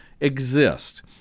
exist